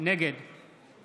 נגד